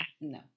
No